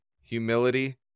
humility